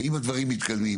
אם הדברים מתקדמים,